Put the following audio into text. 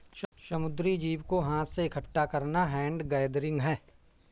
समुद्री जीव को हाथ से इकठ्ठा करना हैंड गैदरिंग है